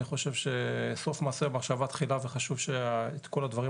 אני חושב שסוף מעשה במחשבה תחילה וחשוב שאת כל הדברים